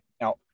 Now